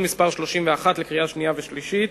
מס' 31) לקריאה שנייה ולקריאה שלישית.